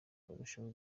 barushaho